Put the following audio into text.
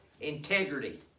Integrity